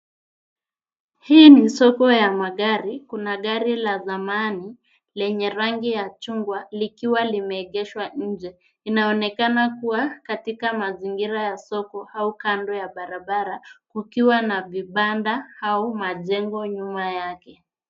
Hii ni soko ya magari, kuna gari la zamani lenye rangi ya chungwa likiwa limeegeshwa nje. Inaonekana kuwa katika mazingira ya soko au kando ya barabara kukiwa na vibanda au majengo nyuma yake.